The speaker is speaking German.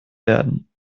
werden